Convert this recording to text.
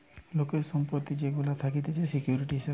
লোকের সম্পত্তি যেগুলা থাকতিছে সিকিউরিটি হিসাবে